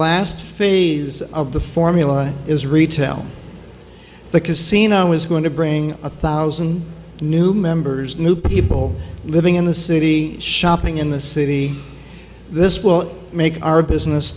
last phase of the formula is retail the casino is going to bring a thousand new members new people living in the city shopping in the city this will make our business